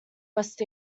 west